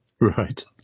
Right